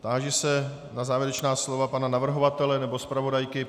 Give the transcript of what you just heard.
Táži se na závěrečná slova pana navrhovatele nebo zpravodajky.